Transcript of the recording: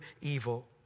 evil